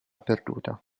perduta